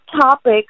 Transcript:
topic